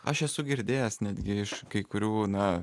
aš esu girdėjęs netgi iš kai kurių na